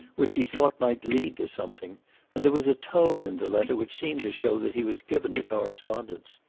which she thought might lead to something and there was a tone in the letter which seemed to show that he was given to correspondence.